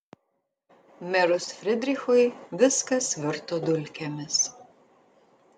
mirus frydrichui viskas virto dulkėmis